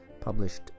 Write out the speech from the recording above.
published